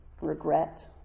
regret